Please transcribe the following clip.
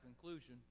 conclusion